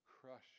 crush